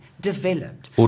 developed